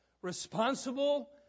responsible